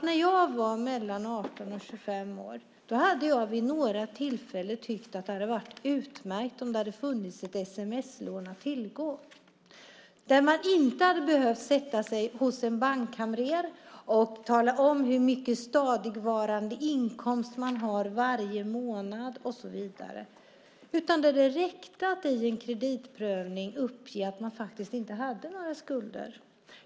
När jag var mellan 18 och 25 år hade jag vid några tillfällen tyckt att det hade varit utmärkt om det hade funnits ett sms-lån att tillgå där man inte hade behövt sätta sig hos en bankkamrer och tala om hur stor stadigvarande inkomst man har varje månad och så vidare, utan att det hade räckt att i en kreditprövning uppge att man faktiskt inte hade några skulder.